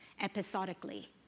episodically